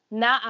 na